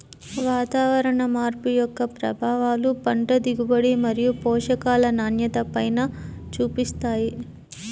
వాతావరణ మార్పు యొక్క ప్రభావాలు పంట దిగుబడి మరియు పోషకాల నాణ్యతపైన చూపిస్తాయి